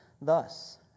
Thus